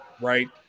right